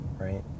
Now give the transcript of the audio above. Right